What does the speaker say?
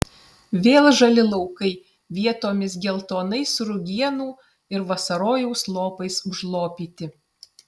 vėl žali laukai vietomis geltonais rugienų ir vasarojaus lopais užlopyti